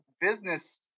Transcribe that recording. business